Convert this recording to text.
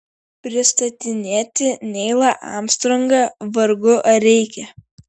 pristatinėti neilą armstrongą vargu ar reikia